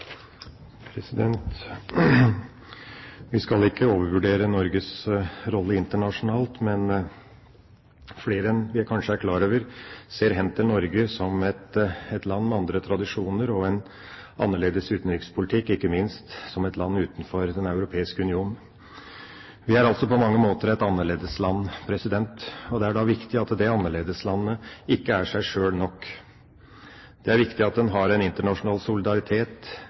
Vi skal ikke overvurdere Norges rolle internasjonalt, men flere enn vi kanskje er klar over, ser hen til Norge som et land med andre tradisjoner og en annerledes utenrikspolitikk, ikke minst som et land utenfor Den europeiske union. Vi er på mange måter et annerledesland, og det er da viktig at det annerledeslandet ikke er seg sjøl nok. Det er viktig at en har en internasjonal solidaritet